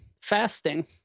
Fasting